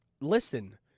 Listen